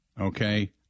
okay